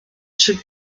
should